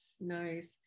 nice